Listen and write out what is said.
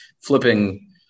flipping